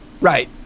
Right